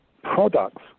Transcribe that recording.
products